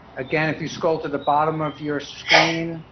again, if you scroll to the bottom of your screen,